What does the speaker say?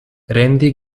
randy